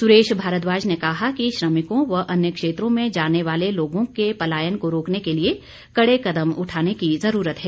सुरेश भारद्वाज ने कहा कि श्रमिकों व अन्य क्षेत्रों में जाने वाले लोगों के पलायन को रोकने के लिए कड़े कदम उठाने की ज़रूरत है